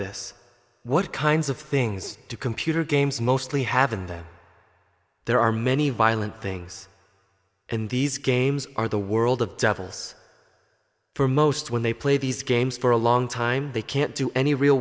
this what kinds of things to computer games mostly have and that there are many violent things in these games are the world of devils for most when they play these games for a long time they can't do any real